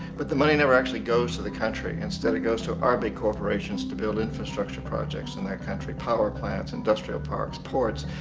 but the money never actually goes to the country. instead it goes to our big corporations to build infrastructure projects in that country. power plants, industrial parks, ports.